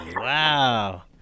Wow